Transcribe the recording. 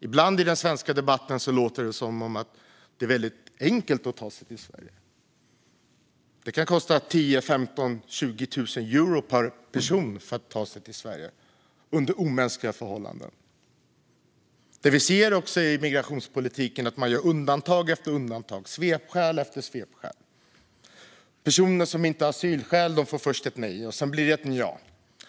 Ibland i den svenska debatten låter det som att det är väldigt enkelt att ta sig till Sverige, men det kan kosta 10 000, 15 000 eller 20 000 euro per person att ta sig till hit, under omänskliga förhållanden. Det vi ser i migrationspolitiken är att det är undantag efter undantag och svepskäl efter svepskäl. Personer som inte har asylskäl får först ett nej, och sedan blir det ett nja.